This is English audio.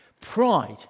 Pride